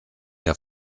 der